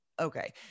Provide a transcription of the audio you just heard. okay